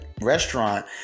restaurant